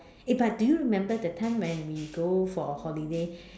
eh but do you remember that time when we go for a holiday